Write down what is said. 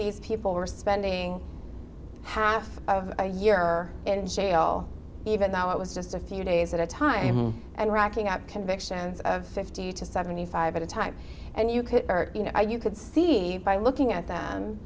these people were spending half of a year or in jail even though it was just a few days at a time and racking up convictions of fifty to seventy five at a time and you could you know you could see by looking at them